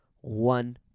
one